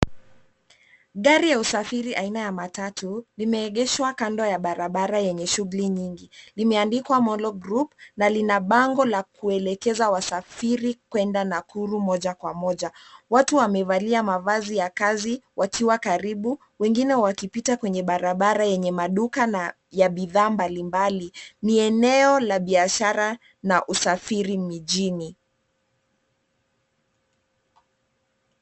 Gari ya usafiri aina ya matatu liimeegeshwa kando ya barabara yenye shughuli nyingi. Limeandikwa Molo Group na lina bango la kuelekeza wasafiri kwenda Nakuru moja kwa moja. Watu wamevalia mavazi ya kazi wakiwa karibu, wengine wakipita kwenye barabara yenye maduka na ya bidhaa mbalimbali, ni eneo la biashara na usafiri mijini.